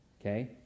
okay